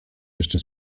jeszcze